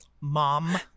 Mom